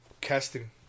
casting